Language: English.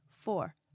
four